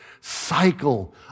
cycle